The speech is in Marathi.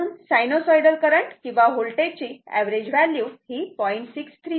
म्हणून साइनोसॉइडल करंट किंवा वोल्टेज ची एव्हरेज व्हॅल्यू ही 0